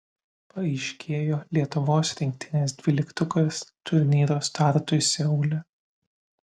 paaiškėjo lietuvos rinktinės dvyliktukas turnyro startui seule